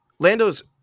Lando's